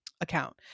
account